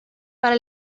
para